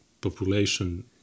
population